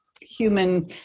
human